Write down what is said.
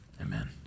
amen